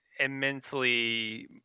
immensely